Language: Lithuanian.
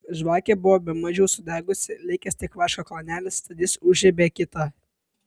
žvakė buvo bemaž jau sudegusi likęs tik vaško klanelis tad jis užžiebė kitą